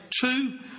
two